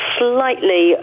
slightly